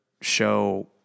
show